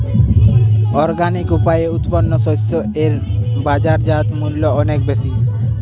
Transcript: organic উপায়ে উৎপন্ন শস্য এর বাজারজাত মূল্য অনেক বেশি